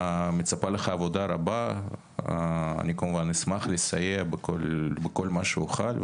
מצפה לך עבודה רבה וכמובן שאני אשמח לסייע בכל מה שאוכל.